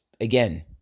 again